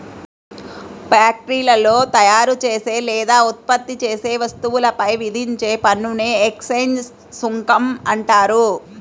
ఫ్యాక్టరీలో తయారుచేసే లేదా ఉత్పత్తి చేసే వస్తువులపై విధించే పన్నుని ఎక్సైజ్ సుంకం అంటారు